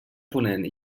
ponent